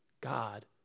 God